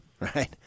right